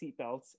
seatbelts